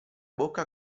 bocca